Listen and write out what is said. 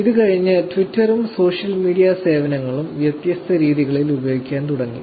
ഇതു കഴിഞ്ഞ് ട്വിറ്ററും സോഷ്യൽ മീഡിയ സേവനങ്ങളും വ്യത്യസ്ത രീതികളിൽ ഉപയോഗിക്കാൻ തുടങ്ങി